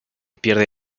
pierde